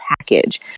package